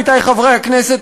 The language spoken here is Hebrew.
עמיתי חברי הכנסת,